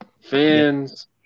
Fans